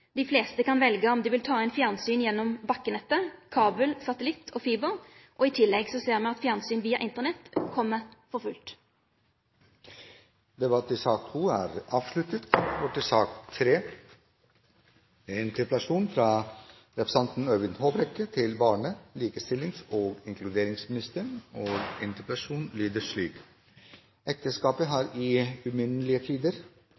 dei fleste kan velje om dei vil ta inn fjernsyn gjennom bakkenettet, kabel, satellitt eller fiber. I tillegg ser me at fjernsyn via Internett kjem for fullt. Debatten i sak nr. 2 er